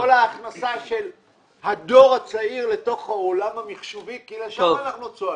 כל ההכנסה של הדור הצעיר לתוך העולם המחשובי כי לשם אנחנו צועדים.